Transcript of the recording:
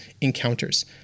encounters